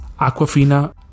Aquafina